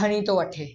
खणी थो वठे